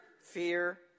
fear